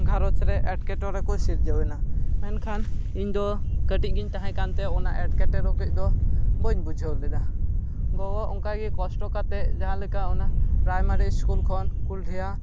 ᱜᱷᱟᱨᱚᱡᱽ ᱨᱮ ᱮᱴᱠᱮᱴᱚᱲᱮ ᱠᱚ ᱥᱤᱨᱡᱟᱹᱣ ᱮᱱᱟ ᱢᱮᱱᱠᱷᱟᱱ ᱤᱧ ᱫᱚ ᱠᱟᱹᱴᱤᱡ ᱜᱮᱧ ᱛᱟᱦᱮᱸ ᱠᱟᱱᱛᱮ ᱚᱱᱟ ᱮᱴᱠᱮᱴᱚᱲᱮ ᱠᱚᱡ ᱫᱚ ᱵᱟᱹᱧ ᱵᱩᱡᱷᱟᱣ ᱞᱮᱫᱟ ᱜᱚᱜᱚ ᱚᱱᱠᱟ ᱜᱮ ᱠᱚᱥᱴᱚ ᱠᱟᱛᱮᱫ ᱡᱟᱦᱟᱸ ᱞᱮᱠᱟ ᱯᱮᱨᱟᱭᱢᱟᱨᱤ ᱤᱥᱠᱩᱞ ᱠᱷᱚᱱ ᱠᱩᱞᱰᱤᱦᱟ